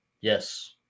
Yes